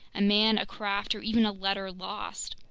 a man, a craft, or even a letter lost.